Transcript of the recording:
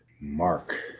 Mark